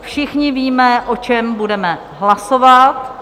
Všichni víme, o čem budeme hlasovat?